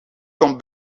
komt